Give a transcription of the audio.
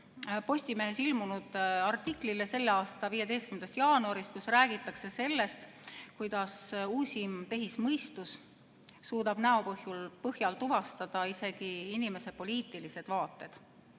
Postimehes ilmunud artiklile, kus räägitakse sellest, kuidas uusim tehismõistus suudab näo põhjal tuvastada isegi inimese poliitilised vaated.